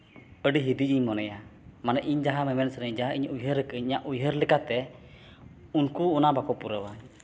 ᱟᱹᱰᱤ ᱦᱤᱫᱤᱡᱽ ᱤᱧ ᱢᱚᱱᱮᱭᱟ ᱢᱟᱱᱮ ᱤᱧ ᱡᱟᱦᱟᱸ ᱢᱮᱢᱮᱱ ᱥᱟᱱᱟᱹᱧᱟ ᱡᱟᱦᱟᱸ ᱤᱧ ᱩᱭᱦᱟᱹᱨ ᱠᱟᱜᱼᱟᱹᱧ ᱤᱧᱟᱹᱜ ᱩᱭᱦᱟᱹᱨ ᱞᱮᱠᱟᱛᱮ ᱩᱱᱠᱩ ᱚᱱᱟ ᱵᱟᱠᱚ ᱯᱩᱨᱟᱹᱣᱟ